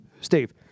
Steve